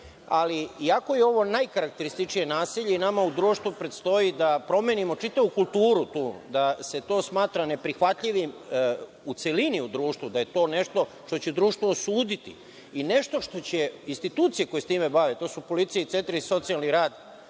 iako je ovo najkarakterističnije nasilje nama u društvu predstoji da promenimo čitavu kulturu da se to smatra neprihvatljivim u celini u društvu, da je to nešto što će društvo osuditi i nešto što će institucije koje se time bave, to su policija i centri za socijalni rad